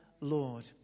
Lord